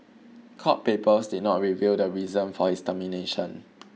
court papers did not reveal the reason for his termination